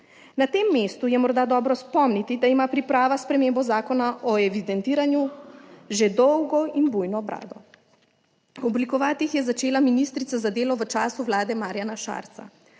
Na tem mestu je morda dobro spomniti, da ima priprava spremembo Zakona o evidentiranju že dolgo in bujno brado. Oblikovati jih je začela ministrica za delo v času vlade Marjana Šarca,